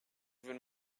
even